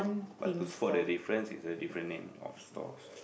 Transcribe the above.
what to spot the difference is a different name of stalls